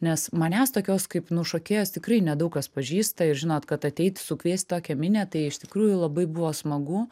nes manęs tokios kaip nu šokėjos tikrai nedaug kas pažįsta ir žinot kad ateit sukviest tokią minią tai iš tikrųjų labai buvo smagu